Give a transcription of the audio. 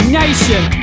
nation